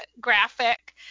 graphic